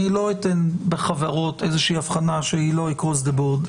לא אתן בחברות איזושהי הבחנה שהיא לא across the board.